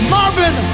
Marvin